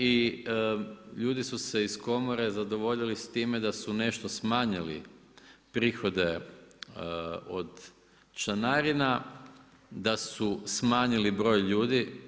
I ljudi su se iz Komore zadovoljili time da su nešto smanjili prihode od članarina, da su smanjili broj ljudi.